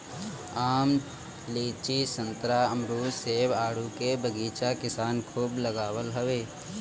आम, लीची, संतरा, अमरुद, सेब, आडू के बगीचा किसान खूब लगावत हवे